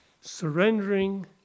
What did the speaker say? surrendering